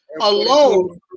alone